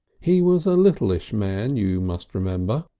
he was a littleish man, you must remember,